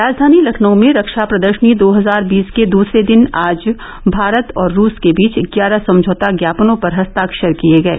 राजधानी लखनऊ में रक्षा प्रदर्शनी दो हजार बीस के दूसरे दिन आज भारत और रूस के बीच ग्यारह समझौता ज्ञापनों पर हस्ताक्षर किये गये